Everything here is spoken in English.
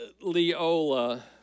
Leola